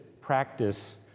practice